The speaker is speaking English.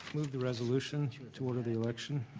move the resolution to to order the election.